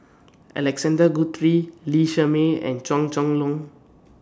Alexander Guthrie Lee Shermay and Chua Chong Long